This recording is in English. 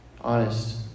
honest